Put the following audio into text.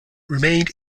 remained